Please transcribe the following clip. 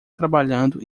trabalhando